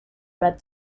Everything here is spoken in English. read